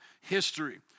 history